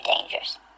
dangerous